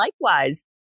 likewise